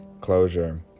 closure